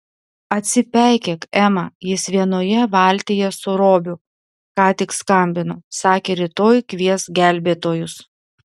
atsipeikėk ema jis vienoje valtyje su robiu ką tik skambino sakė rytoj kvies gelbėtojus